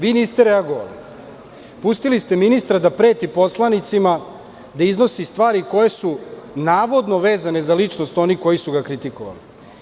Vi niste reagovali, pustili ste ministra da preti poslanicima, da iznosi stvari koje su navodno vezane za ličnost onih koji su ga kritikovali.